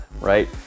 right